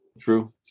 True